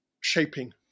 shaping